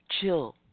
chill